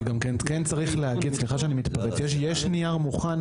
אבל כן צריך להגיד וסליחה שאני מתפרץ שיש נייר מוכן